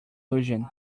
illusion